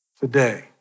Today